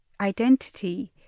identity